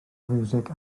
fiwsig